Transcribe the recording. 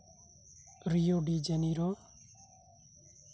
Rio de Janeiro